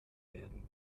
werden